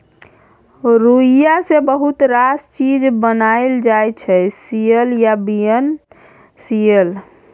रुइया सँ बहुत रास चीज बनाएल जाइ छै सियल आ बिना सीयल